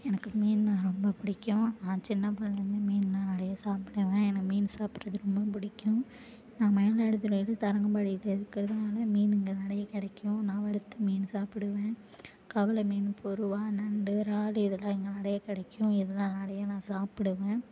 எனக்கு மீன்னால் ரொம்ப பிடிக்கும் நான் சின்னபிள்ளைலருந்து மீன்லாம் நிறைய சாப்பிடுவேன் எனக்கு மீன் சாப்பிடுறது ரொம்ப பிடிக்கும் நான் மயிலாடுதுறைலேருந்து தரங்கம்பாடிகிட்ட இருக்கிறதுனால மீன் இங்கே நிறைய கிடைக்கும் நான் வறுத்த மீன் சாப்பிடுவேன் கவல மீன் பொருவா நண்டு இறால் இதெல்லாம் இங்கே நிறையா கிடைக்கும் இதெல்லாம் நிறையா நான் சாப்பிடுவேன்